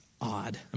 odd